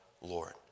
Lord